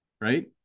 Right